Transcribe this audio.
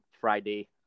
Friday